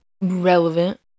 relevant